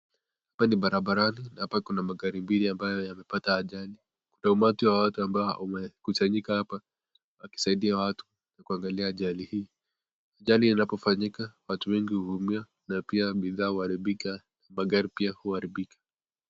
Hapa ni barabarani na hapa kuna magari mbili ambayo yamepata ajali. Kuna umati wa watu ambao wamekusanyika hapa wakisaidia watu na kuangalia ajali hii. Ajali inapofanyika watu wengi huumia na pia bidhaa huharibika na magari pia huharibika.